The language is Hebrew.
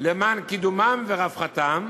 למען קידומם ורווחתם,